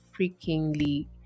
freakingly